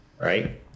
right